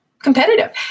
Competitive